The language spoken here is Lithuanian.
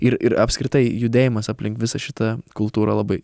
ir ir apskritai judėjimas aplink visą šitą kultūrą labai